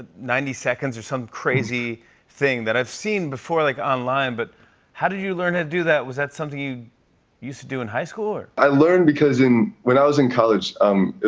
ninety seconds or some crazy thing that i've seen before, like, online. but how did you learn how to do that? was that something you used to do in high school or? i learned because in when i was in college, um it